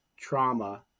trauma